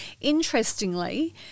Interestingly